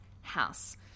house